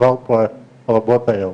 דובר על כך רבות היום,